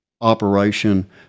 operation